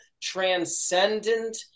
transcendent